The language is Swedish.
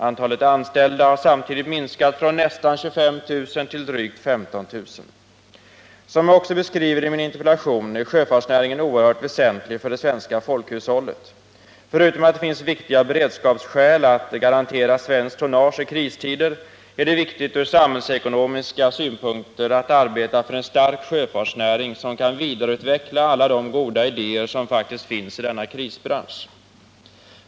Antalet anställda har samtidigt minskat från nästan 25000 till drygt 15 000. Som jag också beskriver i min interpellation är sjöfartsnäringen oerhört väsentlig för det svenska folkhushållet. Förutom att det finns viktiga beredskapsskäl för att garantera svenskt tonnage i kristider är det viktigt ur samhällsekonomiska synpunkter att arbeta för en stark sjöfartsnäring, som kan vidareutveckla alla de goda idéer som faktiskt finns i denna krisbransch.